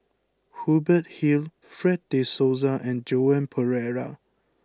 Hubert Hill Fred de Souza and Joan Pereira